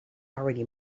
already